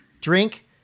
Drink